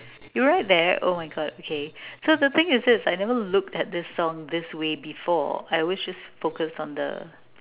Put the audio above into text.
you're right there oh my god okay so the thing is it I never looked at this song this way before I always just focus on the